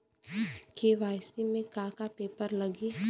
KYC में का का पेपर लगी?